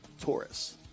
Taurus